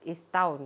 is town